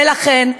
ולכן,